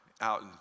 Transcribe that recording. out